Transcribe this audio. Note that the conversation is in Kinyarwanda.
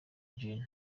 gen